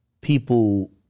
People